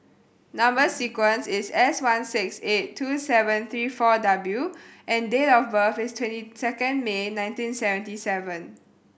number sequence is S one six eight two seven three four W and date of birth is twenty second May nineteen seventy seven